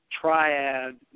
triad